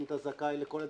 אם אתה זכאי לכל הדברים.